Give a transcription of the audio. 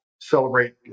celebrate